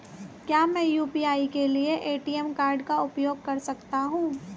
क्या मैं यू.पी.आई के लिए ए.टी.एम कार्ड का उपयोग कर सकता हूँ?